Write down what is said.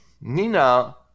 Nina